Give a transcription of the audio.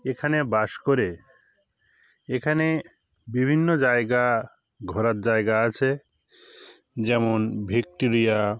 এখানে বাস করে এখানে বিভিন্ন জায়গা ঘোরার জায়গা আছে যেমন ভিক্টোরিয়া